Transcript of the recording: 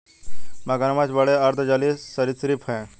मगरमच्छ बड़े अर्ध जलीय सरीसृप हैं